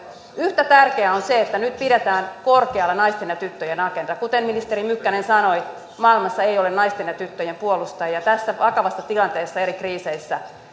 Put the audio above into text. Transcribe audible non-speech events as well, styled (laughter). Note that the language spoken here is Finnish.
yhtä tärkeää on se että nyt pidetään korkealla naisten ja tyttöjen agenda kuten ministeri mykkänen sanoi maailmassa ei ole naisten ja tyttöjen puolustajia tässä vakavassa tilanteessa eri kriiseissä (unintelligible)